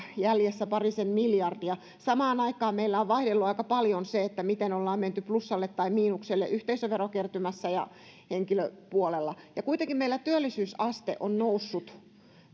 jäljessä parisen miljardia samaan aikaan meillä on vaihdellut aika paljon se miten ollaan menty plussalle tai miinukselle yhteisöverokertymässä ja henkilöpuolella kun kuitenkin meillä työllisyysaste on noussut